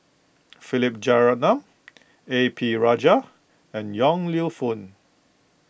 Philip Jeyaretnam A P Rajah and Yong Lew Foong